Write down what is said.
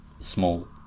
small